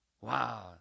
Wow